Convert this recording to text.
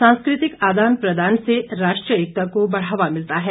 सांस्कृतिक आदान प्रदान से राष्ट्रीय एकता को बढ़ावा मिलता है